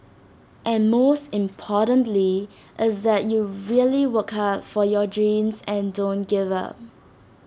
but most importantly is that you really work hard for your dreams and don't give up